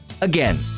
Again